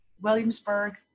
Williamsburg